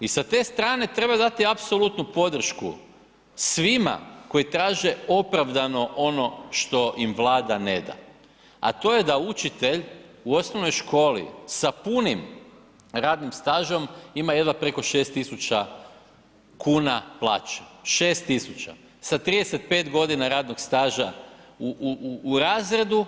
I sa te strane treba dati apsolutnu podršku svima koji traže opravdano ono što im Vlada ne da a to je da učitelj u osnovnoj školi sa punim radnim stažem ima jedva preko 6 tisuća kuna plaće, 6 tisuća sa 35 godina radnog staža u razredu,